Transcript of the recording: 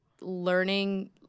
learning